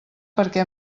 perquè